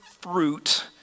fruit